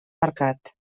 marcat